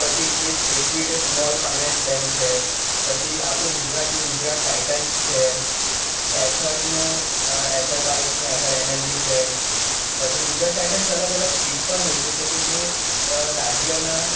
પછી ઈક્વી Equitas small finance bank છે પછી આપણું ગુજરાતનું ગુજરાત ટાઈટન્સ છે એથરનું એથર બાઈક્સનું એથર એનર્જી છે પછી ગુજરાત ટાઈટન્સ અલગ અલગ કીટ પણ વેચે છે કે જે રાજ્યના